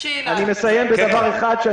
אני מסיים בדבר אחד.